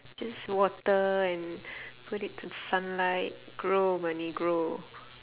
just water and put it in sunlight grow money grow